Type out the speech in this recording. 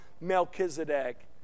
Melchizedek